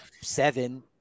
seven